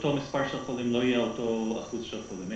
שאותו מספר חולים לא יהיה אותו אחוז של חולים,